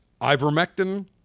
Ivermectin